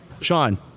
Sean